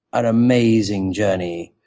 an amazing journey,